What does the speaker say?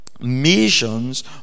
missions